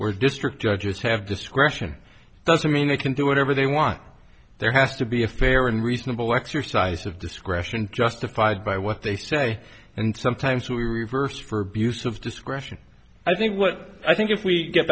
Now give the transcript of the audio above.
where district judges have discretion doesn't mean they can do whatever they want there has to be a fair and reasonable exercise of discretion justified by what they say and sometimes we reverse for abuse of discretion i think what i think if we get